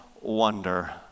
wonder